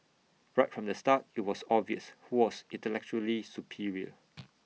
right from the start IT was obvious who was intellectually superior